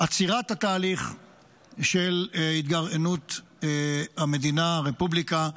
עצירת התהליך של התגרענות הרפובליקה האסלאמית,